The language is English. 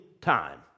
time